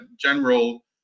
general